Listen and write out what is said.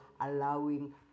allowing